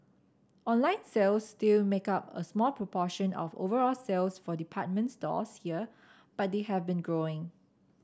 online sales still make up a small proportion of overall sales for department stores here but they have been growing